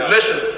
Listen